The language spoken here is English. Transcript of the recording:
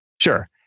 Sure